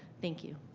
thank you